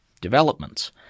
developments